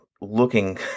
looking